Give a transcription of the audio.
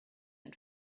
and